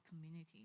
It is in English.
community